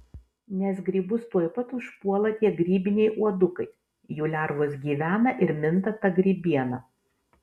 nes grybus tuoj pat užpuola tie grybiniai uodukai jų lervos gyvena ir minta ta grybiena